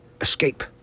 escape